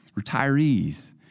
Retirees